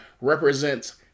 represents